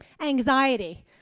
Anxiety